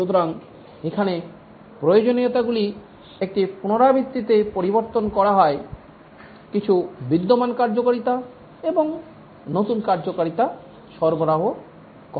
সুতরাং এখানে প্রয়োজনীয়তাগুলি একটি পুনরাবৃত্তিতে পরিবর্তন করা হয় কিছু বিদ্যমান কার্যকারিতা এবং নতুন কার্যকারিতা সরবরাহ করা হয়